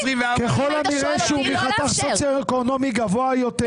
ככל הנראה שהוא מחתך סוציואקונומי גבוה יותר.